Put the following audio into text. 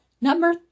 Number